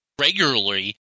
regularly